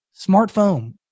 smartphone